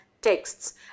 texts